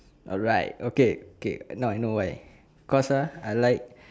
alright okay okay now I know why cause uh I like